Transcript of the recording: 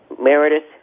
Meredith